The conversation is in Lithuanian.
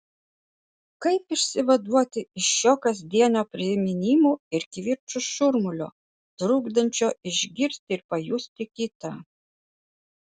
kaip išsivaduoti iš šio kasdienio priminimų ir kivirčų šurmulio trukdančio išgirti ir pajusti kitą